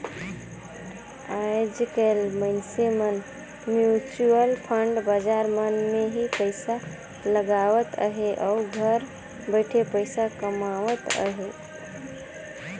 आएज काएल मइनसे मन म्युचुअल फंड बजार मन में ही पइसा लगावत अहें अउ घर बइठे पइसा कमावत अहें